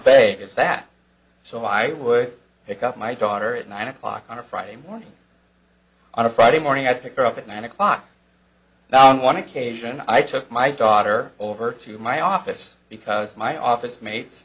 is that so i would pick up my daughter at nine o'clock on a friday morning on a friday morning i picked up at nine o'clock now on one occasion i took my daughter over to my office because my office mate